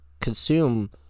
consume